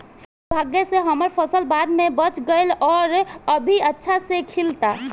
सौभाग्य से हमर फसल बाढ़ में बच गइल आउर अभी अच्छा से खिलता